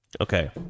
Okay